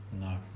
no